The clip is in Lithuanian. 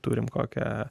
turime kokią